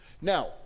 Now